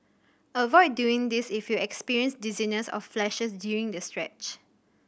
avoid doing this if you experience dizziness or flashes during the stretch